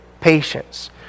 patience